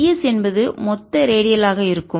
ds என்பது மொத்த ரேடியலாக இருக்கும்